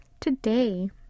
today